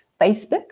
Facebook